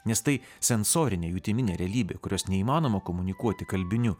nes tai sensorinė jutiminė realybė kurios neįmanoma komunikuoti kalbiniu